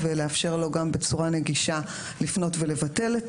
ולאפשר לו בצורה נגישה לפנות ולבטל,